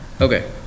Okay